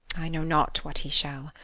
i know not what he shall.